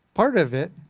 part of it,